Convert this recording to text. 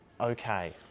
Okay